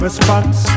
Response